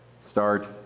Start